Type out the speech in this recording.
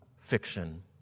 fiction